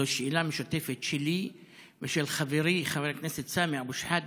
זו שאלה משותפת שלי ושל חברי חבר הכנסת סמי אבו שחאדה,